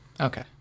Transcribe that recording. Okay